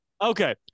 Okay